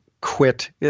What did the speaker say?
quit